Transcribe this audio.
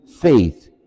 faith